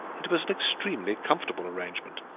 it was an extremely comfortable arrangement,